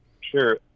Sure